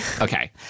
Okay